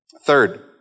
Third